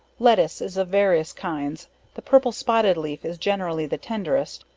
lettuce, is of various kinds the purple spotted leaf is generally the tenderest,